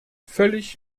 völlig